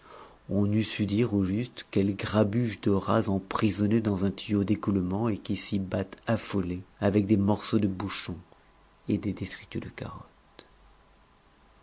on n'eût su dire au juste quel grabuge de rats emprisonnés dans un tuyau d'écoulement et qui s'y battent affolés avec des morceaux de bouchon et des détritus de carottes